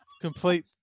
complete